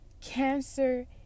cancer